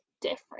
different